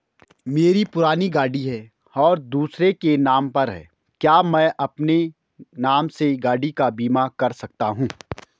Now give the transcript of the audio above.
मेरी पुरानी गाड़ी है और दूसरे के नाम पर है क्या मैं अपने नाम से गाड़ी का बीमा कर सकता हूँ?